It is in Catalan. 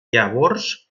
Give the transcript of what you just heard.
llavors